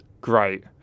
Great